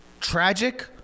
Tragic